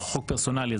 פרסונלי.